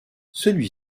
celui